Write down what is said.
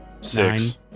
six